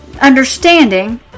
understanding